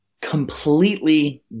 completely